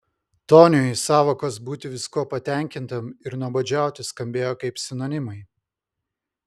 toniui sąvokos būti viskuo patenkintam ir nuobodžiauti skambėjo kaip sinonimai